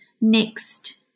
next